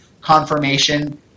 confirmation